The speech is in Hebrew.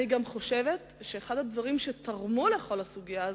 אני גם חושבת שאחד הדברים שתרמו לסוגיה הזאת,